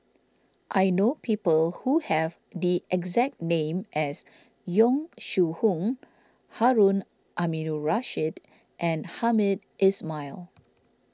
I know people who have the exact name as Yong Shu Hoong Harun Aminurrashid and Hamed Ismail